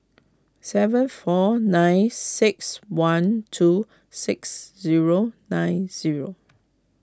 seven four nine six one two six zero nine zero